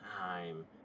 time